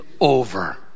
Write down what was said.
over